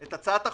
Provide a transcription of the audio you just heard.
את הצעת החוק.